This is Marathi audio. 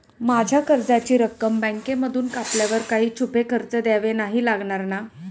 माझ्या कर्जाची रक्कम बँकेमधून कापल्यावर काही छुपे खर्च द्यावे नाही लागणार ना?